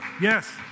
Yes